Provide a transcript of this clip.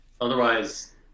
otherwise